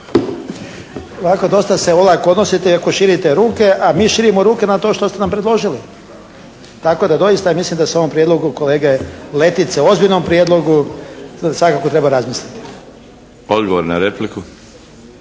ovako dosta se olako odnosite ako širite ruke. A mi širimo ruke na to što ste nam predložili. Tako da doista mislim da se ovom prijedlogu kolege Letice, ozbiljnom prijedlogu svakako treba razmisliti. **Milinović,